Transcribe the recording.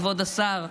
כבוד השר,